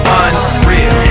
unreal